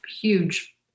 huge